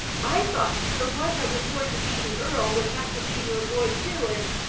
i thought the one that was going to be the earl would have to be your boy, too, and,